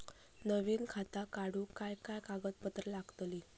नवीन खाता काढूक काय काय कागदपत्रा लागतली?